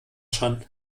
schon